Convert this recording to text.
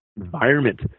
environment